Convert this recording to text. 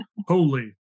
Holy